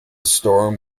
storm